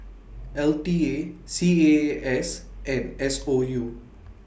L T A C A A S and S O U